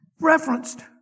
Referenced